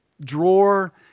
drawer